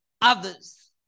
others